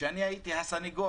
שאני הייתי הסנגור